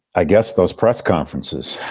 i guess those press conferences